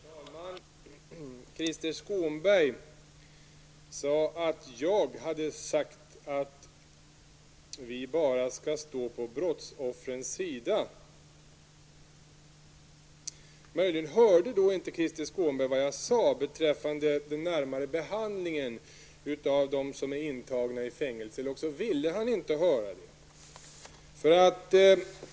Herr talman! Krister Skånberg påstod att jag hade sagt att vi skall stå bara på brottsoffrens sida. Antingen hörde inte Krister Skånberg vad jag sade beträffande behandlingen av intagna i fängelser, eller också ville han inte höra det.